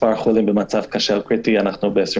מצב חולים במצב קשה עד קריטי 29,